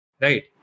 right